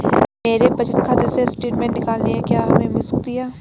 मेरे बचत खाते से स्टेटमेंट निकालनी है क्या हमें मिल सकती है?